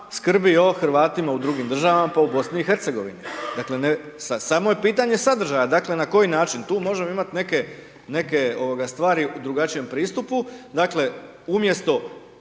skrbi o Hrvatima u drugim državama, pa i u Bosni i Hercegovini. Dakle, samo je pitanje sadržaja, dakle, na koji način, tu možemo imati neke, neke ovoga stvari u drugačijem pristupu, dakle, umjesto